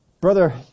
Brother